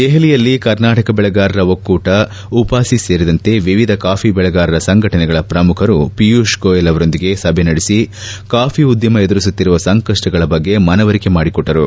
ದೆಹಲಿಯಲ್ಲಿ ಕರ್ನಾಟಕ ಬೆಳೆಗಾರರ ಒಕ್ಕೂಟಉಪಾಸಿ ಸೇರಿದಂತೆ ವಿವಿಧ ಕಾಫಿ ಬೆಳೆಗಾರರ ಸಂಘಟನೆಗಳ ಪ್ರಮುಖರು ಪಿಯೂಷ್ ಗೋಯಲ್ ಅವರೊಂದಿಗೆ ಸಭೆ ನಡೆಸಿ ಕಾಫಿ ಉದ್ದಮ ಎದುರಿಸುತ್ತಿರುವ ಸಂಕಷ್ಷಗಳ ಬಗ್ಗೆ ಮನವರಿಕೆ ಮಾಡಿಕೊಟ್ಟರು